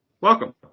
Welcome